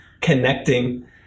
Connecting